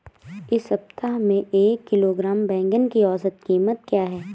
इस सप्ताह में एक किलोग्राम बैंगन की औसत क़ीमत क्या है?